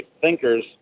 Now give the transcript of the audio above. thinkers